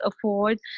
afford